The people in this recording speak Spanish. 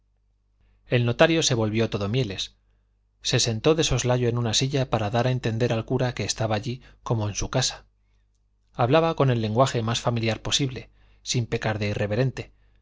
el notario se volvió todo mieles se sentó de soslayo en una silla para dar a entender al cura que estaba allí como en su casa hablaba con el lenguaje más familiar posible sin pecar de irreverente